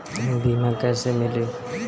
बीमा कैसे मिली?